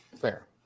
fair